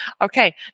okay